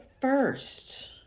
First